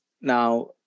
Now